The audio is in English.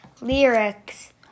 lyrics